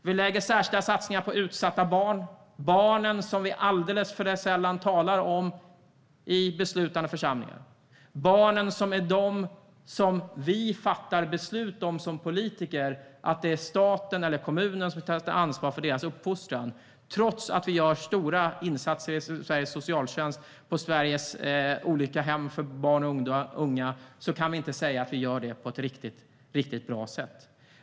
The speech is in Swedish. Vi lägger fram särskilda satsningar på utsatta barn, som vi talar alldeles för sällan om i beslutande församlingar. Det är deras uppfostran vi som politiker fattar beslut om att staten eller kommunen ska ta ansvar för. Trots att vi gör stora insatser i Sveriges socialtjänst och på våra olika hem för barn och unga kan vi inte säga att vi gör detta på ett riktigt bra sätt.